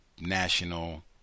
national